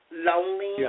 lonely